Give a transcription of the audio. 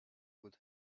could